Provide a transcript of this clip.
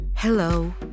Hello